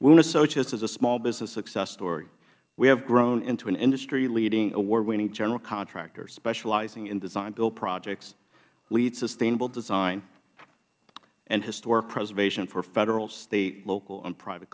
and associates is a smallbusiness success story we have grown into an industryleading awardwinning general contractor specializing in designbuild projects lead sustainable design and historic preservation for federal state local and private